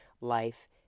life